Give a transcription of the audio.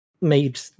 made